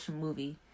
movie